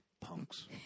punks